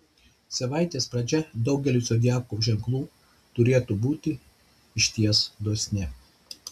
savaitės pradžia daugeliui zodiako ženklų turėtų būti išties dosni